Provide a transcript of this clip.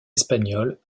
espagnole